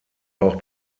auch